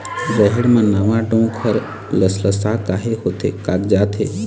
रहेड़ म नावा डोंक हर लसलसा काहे होथे कागजात हे?